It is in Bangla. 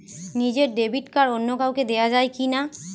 নিজের ডেবিট কার্ড অন্য কাউকে দেওয়া যায় কি না?